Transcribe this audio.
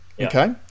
okay